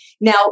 Now